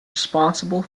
responsible